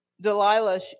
Delilah